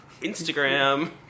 Instagram